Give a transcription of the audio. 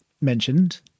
mentioned